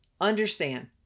understand